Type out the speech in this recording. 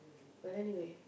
but anyway